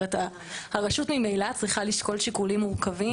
הרשות ממילא צריכה לשקול שיקולים מורכבים.